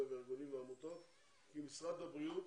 והארגונים והעמותות כי משרד הבריאות